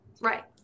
Right